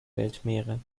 weltmeere